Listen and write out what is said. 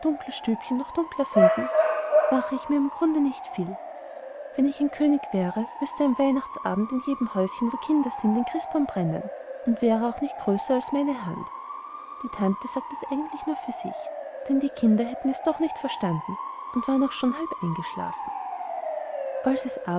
dunkles stübchen noch dunkler finden mache ich mir im grunde nicht viel wenn ich ein könig wäre müßte am weihnachtsabend in jedem häuschen wo kinder sind ein christbaum brennen und wäre er auch nicht größer als meine hand die tante sagte das eigentlich nur für sich denn die kinder hätten es doch nicht verstanden und waren auch schon halb eingeschlafen